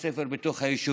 ללא בתי ספר בתוך היישובים.